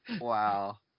Wow